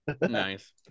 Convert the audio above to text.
Nice